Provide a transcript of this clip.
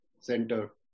center